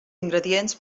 ingredients